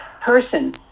person